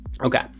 Okay